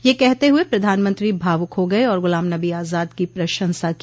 यह कहते हुए प्रधानमंत्री भावुक हो गये और गुलाम नबी आजाद की प्रशंसा की